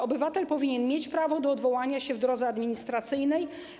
Obywatel powinien mieć prawo do odwołania się w drodze administracyjnej.